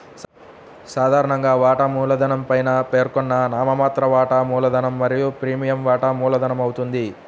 సాధారణంగా, వాటా మూలధనం పైన పేర్కొన్న నామమాత్ర వాటా మూలధనం మరియు ప్రీమియం వాటా మూలధనమవుతుంది